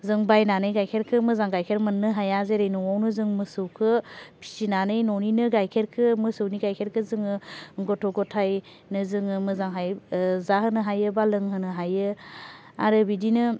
जों बायनानै गाइखेरखो मोजां गाइखेर मोन्नो हाया जेरै न'आवनो जों मोसौखो फिसिनानै न'निनो गाइखेरखो मोसौनि गाइखेरखो जोङो गथ' गथायनो जोङो मोजांहाय जाहोनो हायो बा लोंहोनो हायो आरो बिदिनो